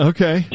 Okay